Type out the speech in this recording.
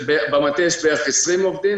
במטה יש בערך 20 עובדים,